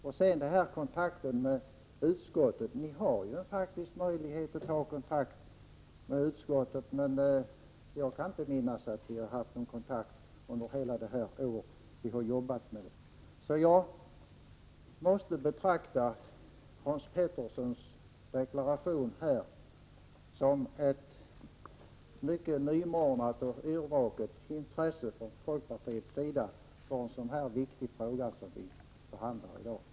Och visst har ni möjlighet att ta kontakt med utskottet, men jag kan inte minnas att vi har haft någon kontakt under hela det år vi har arbetat med frågan. Jag måste betrakta Hans Peterssons deklaration här som tecken på ett mycket nymornat och yrvaket intresse från folkpartiet för den viktiga fråga som vi behandlar i dag.